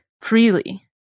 freely